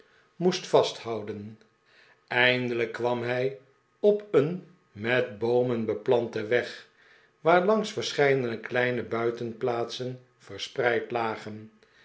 moest vasthouden eindelijk kwam hij op een met boomen beplanten weg waarlangs verscheidene kleihe buitenplaatsen verspreid lagen